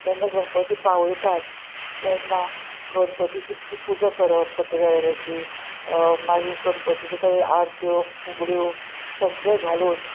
जेन्ना गणपती पावयतात तेन्ना गणपतीची ती पुजा करप सत्यनारायणाची मागीर गणपतीचो त्यो आरत्यो फुगड्यो सगळें घालून